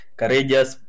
courageous